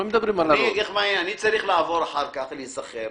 אני צריך לעבור אחר כך, להתחיל